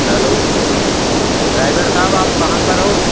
hello driver साहब आप कहाँ पर हो